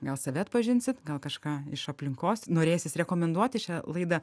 gal save atpažinsit gal kažką iš aplinkos norėsis rekomenduoti šią laidą